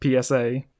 PSA